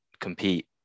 compete